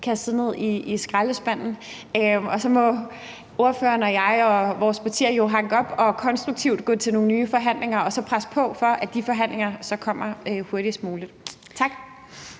kastet ned i skraldespanden, og så må ordføreren og jeg og vores partier jo godt og konstruktivt gå til de nye forhandlinger og så presse på for, at de forhandlinger kommer hurtigst muligt. Tak.